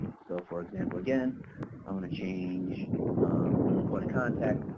so for example again i want to change the point of contact,